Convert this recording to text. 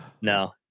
No